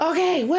Okay